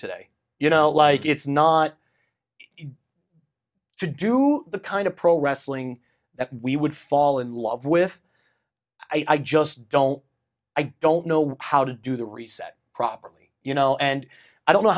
today you know like it's not it to do the kind of pro wrestling that we would fall in love with i just don't i don't know what how to do the reset properly you know and i don't know